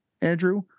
Andrew